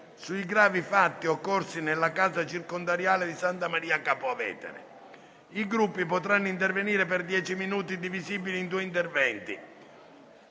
sui gravi fatti occorsi nella casa circondariale di Santa Maria Capua Vetere. I Gruppi potranno intervenire per dieci minuti, divisibili in due interventi